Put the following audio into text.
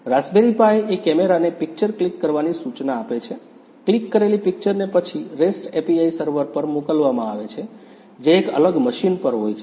Raspberry Pi એ કેમેરાને picture click કરવાની સૂચના આપે છે ક્લિક કરેલી પિક્ચર ને પછી REST API સર્વર પર મોકલવામાં આવે છે જે એક અલગ મશીન પર હોય છે